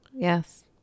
Yes